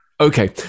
Okay